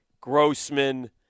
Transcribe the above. Grossman